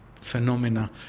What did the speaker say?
phenomena